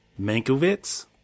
Mankiewicz